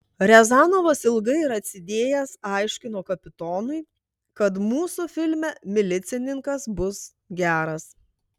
riazanovas ilgai ir atsidėjęs aiškino kapitonui kad mūsų filme milicininkas bus geras